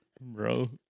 bro